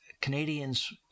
Canadians